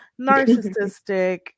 narcissistic